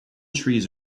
trees